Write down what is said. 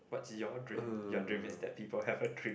what's your dream your dream is that people have a dream